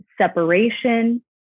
separation